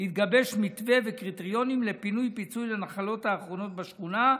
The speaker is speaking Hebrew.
התגבש מתווה וקריטריונים לפינוי ופיצוי לנחלות האחרונות בשכונה,